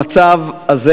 המצב הזה,